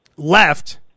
left